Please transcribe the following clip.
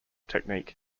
technique